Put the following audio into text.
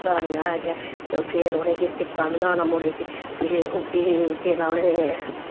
गानियां ते ऐ गै ते फिर उनेंगी टिक्का बी लाना मुढ़ै गी ते ओह्बी जेल्लै उनें